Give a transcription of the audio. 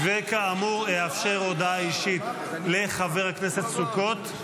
כאמור, אאפשר הודעה אישית לחבר הכנסת סוכות,